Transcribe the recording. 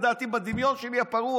לדעתי, בדמיון שלי הפרוע,